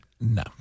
No